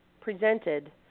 presented